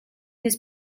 his